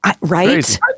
Right